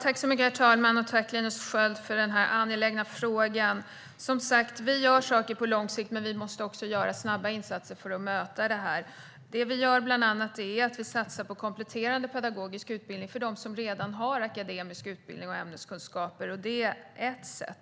Herr talman! Jag tackar Linus Sköld för denna angelägna fråga. Vi gör saker på lång sikt, men vi måste också göra snabba insatser för att möta detta. Vi satsar bland annat på kompletterande pedagogisk utbildning för dem som redan har akademisk utbildning och ämneskunskaper. Det är ett sätt.